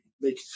Make